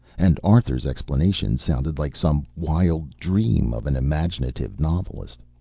and arthur's explanation sounded like some wild dream of an imaginative novelist.